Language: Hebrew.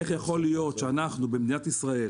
איך יכול להיות שאנחנו במדינת ישראל